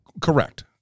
Correct